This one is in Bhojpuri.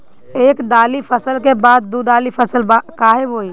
एक दाली फसल के बाद दो डाली फसल काहे बोई?